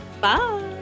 bye